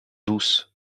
douce